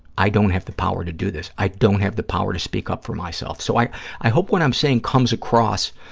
i don't have the power to do this, i don't have the power to speak up for myself. so, i i hope what i'm saying comes across